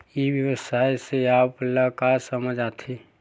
ई व्यवसाय से आप ल का समझ आथे?